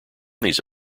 these